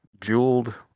jeweled